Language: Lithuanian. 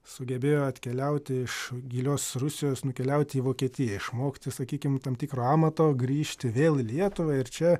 sugebėjo atkeliauti iš gilios rusijos nukeliauti į vokietiją išmokti sakykim tam tikro amato grįžti vėl į lietuvą ir čia